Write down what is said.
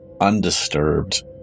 undisturbed